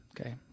Okay